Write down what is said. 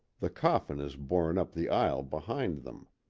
the coffin is borne up the aisle behind them.